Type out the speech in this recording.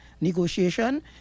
negotiation